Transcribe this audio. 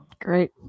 Great